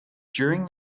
during